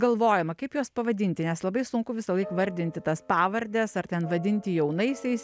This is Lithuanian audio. galvojama kaip juos pavadinti nes labai sunku visąlaik vardinti tas pavardes ar ten vadinti jaunaisiais